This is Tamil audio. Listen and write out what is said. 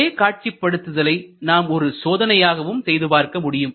இதே காட்சிப்படுத்துதலை நாம் ஒரு சோதனையாகவும் செய்து பார்க்க முடியும்